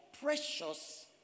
precious